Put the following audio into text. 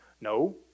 No